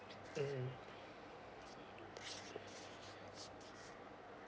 mm